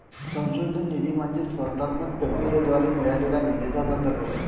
संशोधन निधी म्हणजे स्पर्धात्मक प्रक्रियेद्वारे मिळालेल्या निधीचा संदर्भ